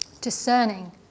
discerning